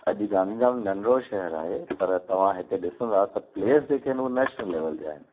अॼु गांधीधाम नंढिड़ो शहरु आहे पर तव्हां हिते ॾिसंदा त प्लेस जेके आहिनि उहे नैशनल लैवल ते आहिनि